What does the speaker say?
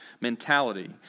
mentality